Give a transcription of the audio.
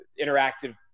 interactive